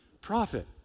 profit